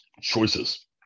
choices